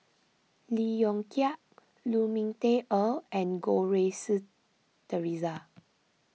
Lee Yong Kiat Lu Ming Teh Earl and Goh Rui Si theresa